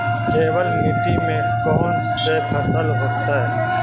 केवल मिट्टी में कौन से फसल होतै?